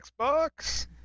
Xbox